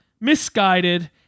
misguided